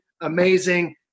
amazing